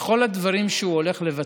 בכל הדברים שהוא הולך לבצע.